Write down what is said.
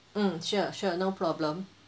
mm sure sure no problem